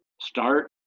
start